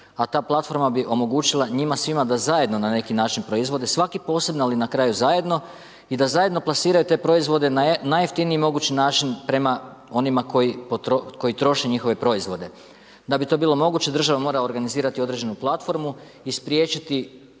a ta platforma bi omogućila njima svima da zajedno na neki način proizvode svaki posebno ali na kraju zajedno i da zajedno plasiraju te proizvode na najjeftiniji mogući način prema onima koji troše njihove proizvode. Da bi to bilo moguće, država mora organizirati određenu platformu i spriječiti